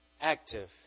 active